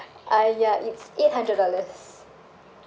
uh ya it's eight hundred dollars